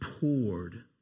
poured